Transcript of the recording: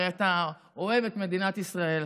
הרי אתה אוהב את מדינת ישראל,